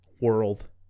world